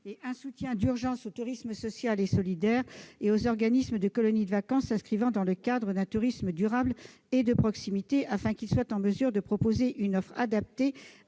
; un soutien d'urgence au tourisme social et solidaire et aux organismes de colonies de vacances s'inscrivant dans le cadre d'un tourisme durable et de proximité, afin qu'ils soient en mesure de proposer une offre adaptée